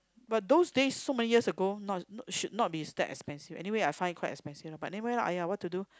but those days so many years ago not not should not be that expensive anyway I find it quite expensive but never mind lah !aiya! what to do